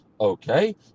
okay